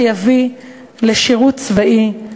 שיביא לשירות צבאי,